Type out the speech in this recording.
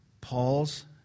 Paul's